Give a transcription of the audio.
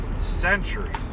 centuries